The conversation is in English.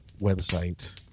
website